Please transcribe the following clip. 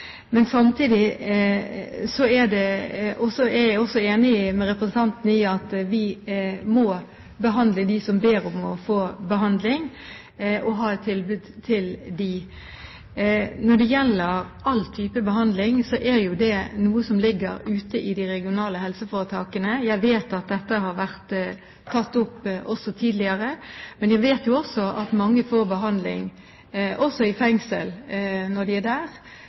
er også enig med representanten i at vi må behandle dem som ber om å få behandling, og ha et tilbud til dem. Når det gjelder all type behandling, er det noe som ligger ute i de regionale helseforetakene. Jeg vet at dette har vært tatt opp tidligere. Jeg vet også at mange får behandling i fengsel, når de er der,